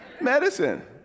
medicine